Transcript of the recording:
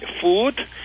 food